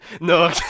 No